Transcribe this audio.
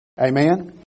Amen